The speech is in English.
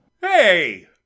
Hey